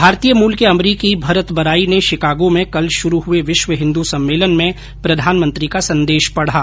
भारतीय मूल के अमरीकी भरत बराई ने शिकागो में कल शुरु हुए विश्व हिन्दू सम्मेलन में प्रधानमंत्री का संदेश पढ़ा